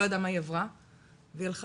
היא לא ידעה מה היא עברה והיא הלכה